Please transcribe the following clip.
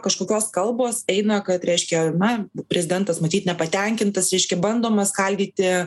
kažkokios kalbos eina kad reiškia na prezidentas matyt nepatenkintas reiškia bandoma skaldyti